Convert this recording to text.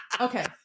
Okay